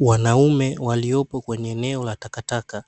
Wanaume waliopo kwenye eneo la takataka.